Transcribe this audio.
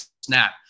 snap